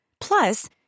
Plus